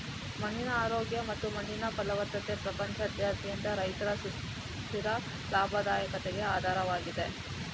ಮಣ್ಣಿನ ಆರೋಗ್ಯ ಮತ್ತು ಮಣ್ಣಿನ ಫಲವತ್ತತೆ ಪ್ರಪಂಚದಾದ್ಯಂತ ರೈತರ ಸುಸ್ಥಿರ ಲಾಭದಾಯಕತೆಗೆ ಆಧಾರವಾಗಿದೆ